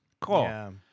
Cool